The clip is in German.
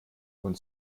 und